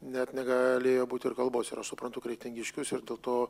net negalėjo būti ir kalbos ir aš suprantu kretingiškius ir dėl to